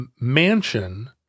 mansion